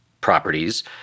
properties